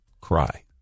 cry